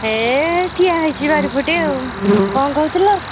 ହେଇ ଠିଆ ହେଇଛି ବାରିପଟେ ଆଉ କ'ଣ କହୁଥିଲ